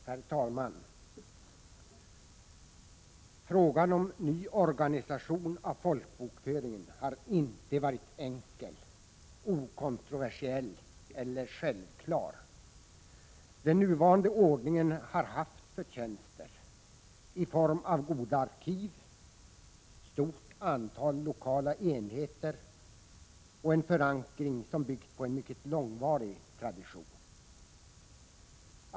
Herr talman! Frågan om en ny organisation av folkbokföringen har inte varit enkel, okontroversiell eller självklar. Den nuvarande ordningen har haft förtjänster i form av goda arkiv, stort antal lokala enheter och en förankring som byggt på en mycket långvarig tradition.